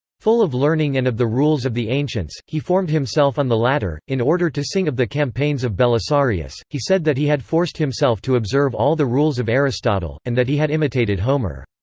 full of learning and of the rules of the ancients, he formed himself on the latter, in order to sing of the campaigns of belisarius he said that he had forced himself to observe all the rules of aristotle, and that he had imitated homer.